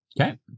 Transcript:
Okay